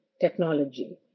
technology